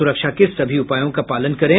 सुरक्षा के सभी उपायों का पालन करें